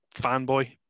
fanboy